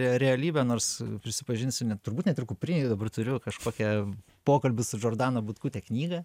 realybę nors prisipažinsiu net turbūt ir kuprinėj dabar turiu kažkokią pokalbis džordaną butkute knygą